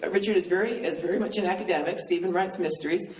ah richard is very is very much an academic, stephen writes mysteries,